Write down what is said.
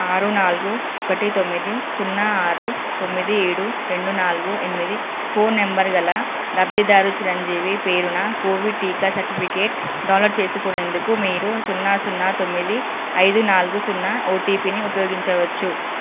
ఆరు నాలుగు ఒకటి తొమ్మిది సున్నా ఆరు తొమ్మిది ఏడు రెండు నాలుగు ఎనిమిది ఫోన్ నంబరు గల లబ్ధిదారు చిరంజీవి పేరున కోవిడ్ టీకా సర్టిఫికేట్ డౌన్లోడ్ చేసుకునేందుకు మీరు సున్నా సున్నా తొమ్మిది ఐదు నాలుగు సున్నా ఓటిపిని ఉపయోగించవచ్చు